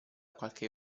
qualche